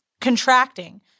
contracting